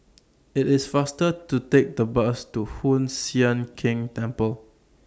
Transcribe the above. IT IS faster to Take The Bus to Hoon Sian Keng Temple